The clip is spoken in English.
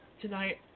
tonight